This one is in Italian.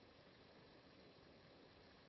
Grazie a tutti